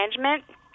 management